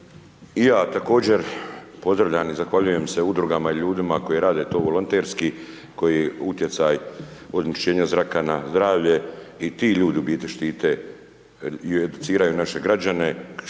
ja također pozdravljam i zahvaljujem se Udrugama i ljudima koji to rade volonterski koji utjecaj…/Govornik se ne razumije/…zraka na zdravlje i ti ljudi u biti štite, educiraju naše građane,